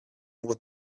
what